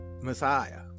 messiah